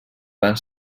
van